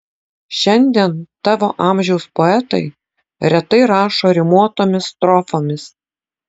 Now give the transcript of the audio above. šiandien tavo amžiaus poetai retai rašo rimuotomis strofomis